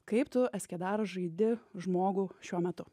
kaip tu eskedar žaidi žmogų šiuo metu